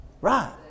Right